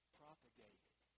propagated